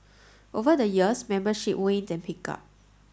over the years membership waned and picked up